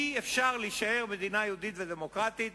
אי-אפשר להישאר מדינה יהודית ודמוקרטית